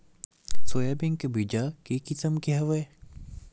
Soybean के बीज के किसम के हवय?